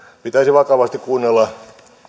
pitäisi vakavasti kuunnella